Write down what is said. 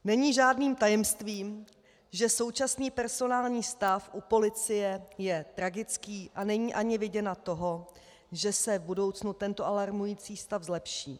Není žádným tajemstvím, že současný personální stav u policie je tragický a není ani vidina toho, že se v budoucnu tento alarmující stav zlepší.